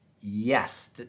yes